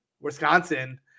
Wisconsin